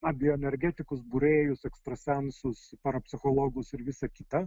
apie energetikus būrėjus ekstrasensus parapsichologus ir visa kita